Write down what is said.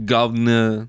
Governor